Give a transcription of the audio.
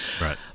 Right